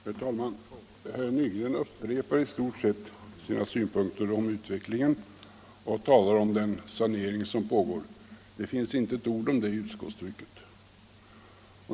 Herr talman! Herr Nygren upprepar i stort sett sina synpunkter på utvecklingen och talar om den sanering som pågår. Det finns inte ett ord om det i utskottstrycket.